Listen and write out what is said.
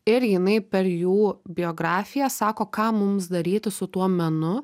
ir jinai per jų biografiją sako ką mums daryti su tuo menu